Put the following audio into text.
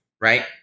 right